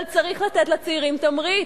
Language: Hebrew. אבל צריך לתת לצעירים תמריץ.